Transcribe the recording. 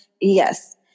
Yes